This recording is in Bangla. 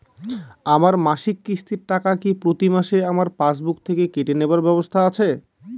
আমার মাসিক কিস্তির টাকা কি প্রতিমাসে আমার পাসবুক থেকে কেটে নেবার ব্যবস্থা আছে?